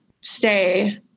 stay